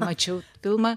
mačiau filmą